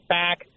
back